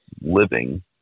living